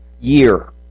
year